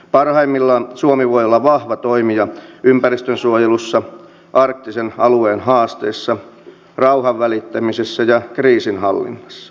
parhaimmillaan suomi voi olla vahva toimija ympäristönsuojelussa arktisen alueen haasteissa rauhanvälittämisessä ja kriisinhallinnassa